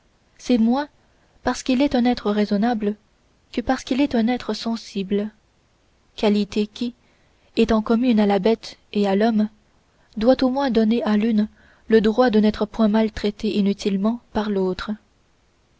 c'est moins parce qu'il est un être raisonnable que parce qu'il est un être sensible qualité qui étant commune à la bête et à l'homme doit au moins donner à l'une le droit de n'être point maltraitée inutilement par l'autre